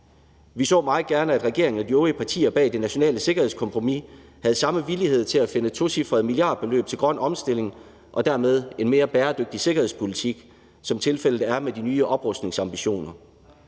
Vi så meget gerne, at regeringen og de øvrige partier bag det nationale sikkerhedskompromis havde den samme villighed til at finde tocifrede milliardbeløb til en grøn omstilling og dermed en mere bæredygtig sikkerhedspolitik, som tilfældet er med de nye oprustningsambitioner.